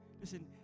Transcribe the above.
listen